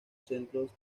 centros